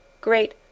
great